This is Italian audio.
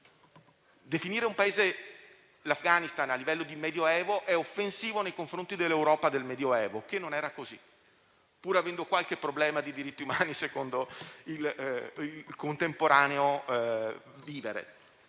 Definire l'Afghanistan al livello del Medioevo è offensivo nei confronti dell'Europa del Medioevo, che non era così, pur avendo qualche problema di diritti umani, secondo il contemporaneo vivere.